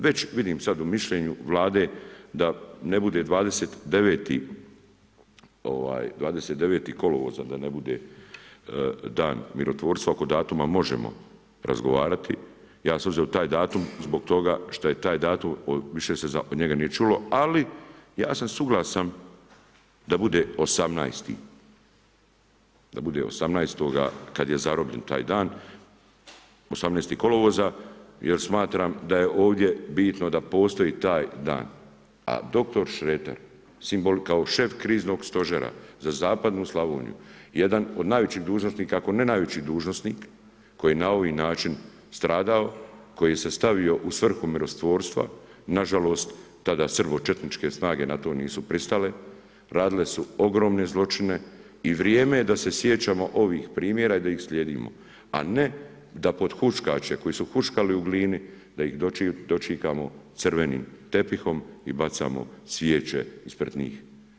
Već vidim sad u mišljenju Vlade da ne bude 29. kolovoza, da ne bude dan mirotvorstva, oko datuma možemo razgovarati, ja sam uzeo taj datum zbog toga što je taj datum, više za njega nije čulo, ali ja sam suglasan da bude 18.-oga kad je zarobljen taj dan, 18. kolovoza jer smatram da je ovdje bitno da postoji taj dan a dr. Šreter, kao šef kriznog stožera sa zapadnu Slavoniju, jedna od najvećih dužnosnika ako ne najveći dužnosnik, koji je na ovaj način stradao, koji se stavio u svrhu mirotvorstva, nažalost tada srbočetničke snage na to nisu pristale, radile su ogromne zločine i vrijeme je da se sjećamo ovih primjera i da ih slijedimo, a ne da pothuškače koji su huškali u Glini, da ih dočekamo crvenim tepihom i bacamo svijeće ispred njih.